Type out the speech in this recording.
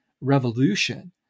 revolution